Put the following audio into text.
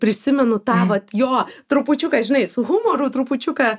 prisimenu tą vat jo trupučiuką žinai su humoru trupučiuką